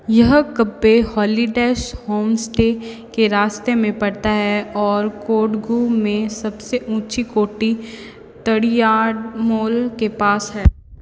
यह कप्पे हॉली डेश होमस्टे के रास्ते में पड़ता है और कोडगु में सबसे ऊँची कोटि तड़ीयाड़ मोल के पास है